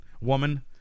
woman